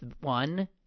one